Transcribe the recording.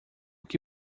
que